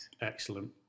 Excellent